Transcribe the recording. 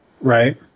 Right